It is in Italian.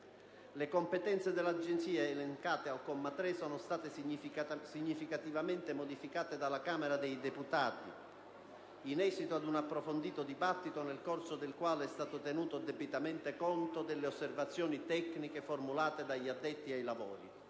Le competenze dell'Agenzia, elencate al comma 3, sono state significativamente modificate dalla Camera dei deputati in esito ad un approfondito dibattito, durante il quale è stato tenuto debitamente conto delle osservazioni tecniche formulate dagli addetti ai lavori